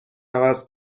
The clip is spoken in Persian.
عوض